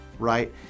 Right